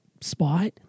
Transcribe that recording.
spot